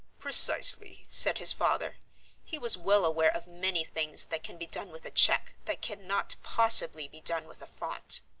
precisely, said his father he was well aware of many things that can be done with a cheque that cannot possibly be done with a font.